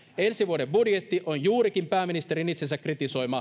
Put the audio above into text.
ensi vuoden budjetti on juurikin pääministerin itsensä kritisoima